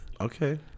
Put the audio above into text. Okay